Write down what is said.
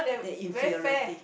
the inferiority